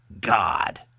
God